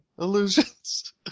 illusions